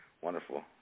Wonderful